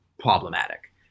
problematic